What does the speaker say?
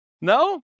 no